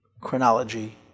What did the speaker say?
chronology